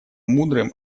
мудрым